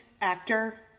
actor